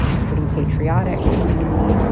a pretty patriotic community,